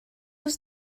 was